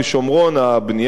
בבקשה.